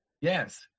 yes